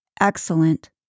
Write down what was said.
excellent